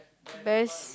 best